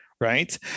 right